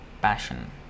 passion